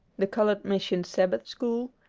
the colored mission sabbath school,